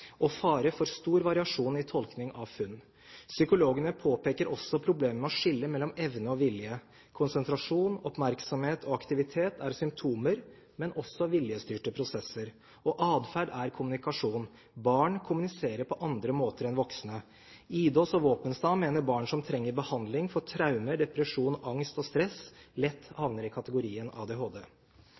er fare for stor variasjon i tolkning av funn. Psykologene påpeker også problemet med å skille mellom evne og vilje. Konsentrasjon, oppmerksomhet og aktivitet er symptomer, men også viljestyrte prosesser. Og atferd er kommunikasjon. Barn kommuniserer på andre måter enn voksne. Idås og Våpenstad mener barn som trenger behandling for traumer, depresjon, angst og stress, lett havner i kategorien